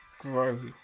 grow